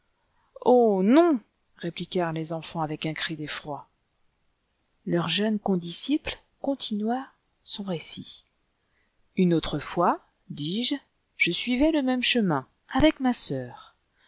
oh i non répliquèrent les enfants avec un cri d'ell'roi leur jeune condisciple continua son récit une autre fois dit-il je suivais le même chemin avec ma sœur